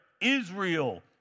Israel